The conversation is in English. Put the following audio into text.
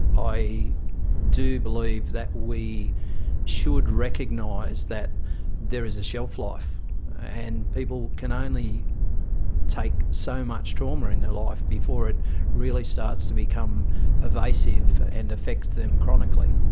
i do believe that we should recognise that there is a shelf life and people can only take so much trauma in their life before it really starts to become pervasive and affects them chronically.